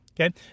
Okay